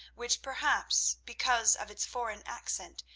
which, perhaps because of its foreign accent,